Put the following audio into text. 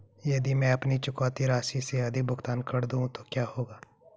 यदि मैं अपनी चुकौती राशि से अधिक भुगतान कर दूं तो क्या होगा?